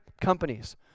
companies